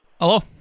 Hello